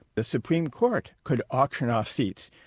the supreme court could auction off seats.